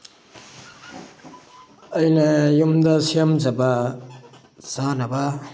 ꯑꯩꯅ ꯌꯨꯝꯗ ꯁꯦꯝꯖꯕ ꯆꯥꯅꯕ